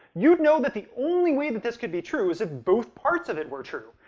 you'd know that the only way that this could be true was if both parts of it were true.